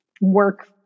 work